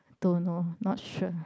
don't know not sure